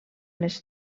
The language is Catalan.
les